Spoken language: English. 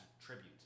tribute